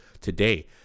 today